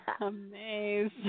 amazing